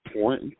point